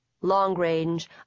long-range